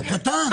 הקטן,